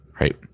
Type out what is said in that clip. right